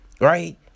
Right